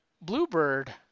bluebird